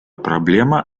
проблема